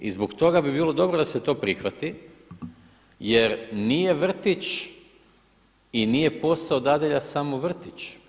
I zbog toga bi bilo dobro da se to prihvati jer nije vrtić i nije posao dadilja samo vrtić.